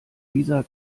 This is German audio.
dieser